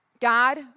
God